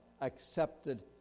accepted